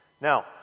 Now